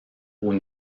haut